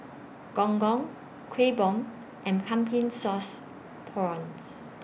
Gong Gong Kueh Bom and Pumpkin Sauce Prawns